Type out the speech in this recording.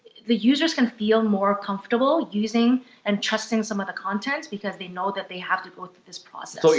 the users can feel more comfortable using and trusting some of the content because they know that they have to go through this process. so yeah